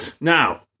Now